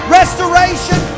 restoration